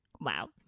Wow